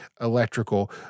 electrical